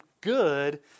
good